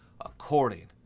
according